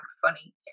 funny